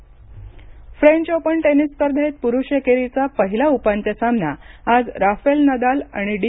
tennis French open tennis स्पर्धेत पुरुष एकेरीचा पहिला उपांत्य सामना आज राफेल नदाल आणि डी